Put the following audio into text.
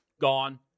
gone